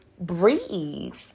Breathe